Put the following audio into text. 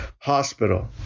hospital